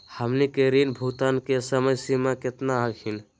हमनी के ऋण भुगतान के समय सीमा केतना हखिन?